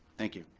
thank you.